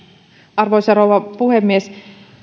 arvoisa rouva puhemies